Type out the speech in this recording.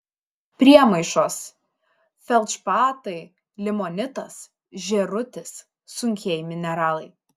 priemaišos feldšpatai limonitas žėrutis sunkieji mineralai